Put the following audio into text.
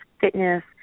fitness